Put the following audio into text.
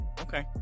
okay